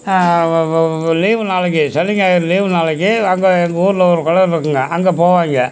leave நாளைக்கு சனி ஞாயிறு லீவு நாளைக்கு அங்கே எங்கள் ஊரில் ஒரு குளம் இருக்குங்க அங்கே போவாங்க